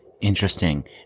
Interesting